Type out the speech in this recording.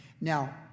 Now